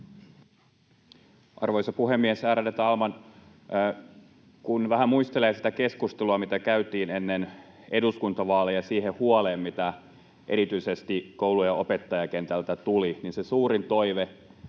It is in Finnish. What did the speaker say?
Arvoisa puhemies, ärade talman! Kun vähän muistelee sitä keskustelua, mitä käytiin ennen eduskuntavaaleja siitä huolesta, mitä erityisesti koulujen opettajakentältä tuli, niin se suurin toive